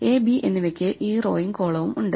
A B എന്നിവയ്ക്ക് ഈ റോയും കോളവും ഉണ്ട്